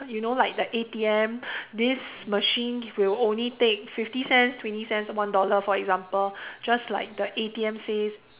you know like the A_T_M this machine will only take fifty cents twenty cents one dollar for example just like the A_T_M says